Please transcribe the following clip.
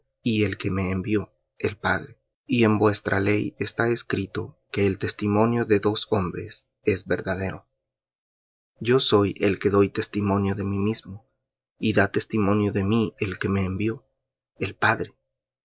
y el que me envió el padre y en vuestra ley está escrito que el testimonio de dos hombres es verdadero yo soy el que doy testimonio de mí mismo y da testimonio de mí el que me envió el padre